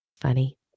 Funny